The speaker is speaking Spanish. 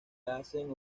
hacen